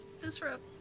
disrupt